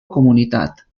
comunitat